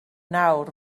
nawr